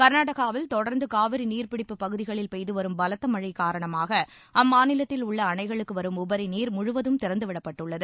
கர்நாடகாவில் தொடர்ந்து காவிரி நீர்ப்பிடிப்பு பகுதிகளில் பெய்துவரும் பலத்த மழை காரணமாக அம்மாநிலத்தில் உள்ள அணைகளுக்கு வரும் உபரி நீர் முழுவதும் திறந்துவிடப்பட்டுள்ளது